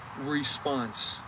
response